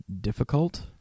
difficult